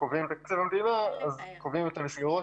כשקובעים את תקציב המדינה קובעים את המסגרות